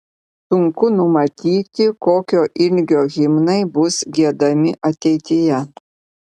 sunku numatyti kokio ilgio himnai bus giedami ateityje